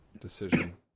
decision